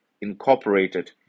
incorporated